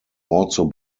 also